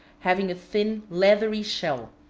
having a thin, leathery shell,